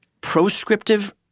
proscriptive